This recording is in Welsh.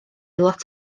lot